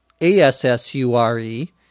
A-S-S-U-R-E